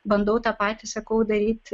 bandau tą patį sakau daryt